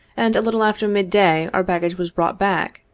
and a little after mid-day our baggage was brought back,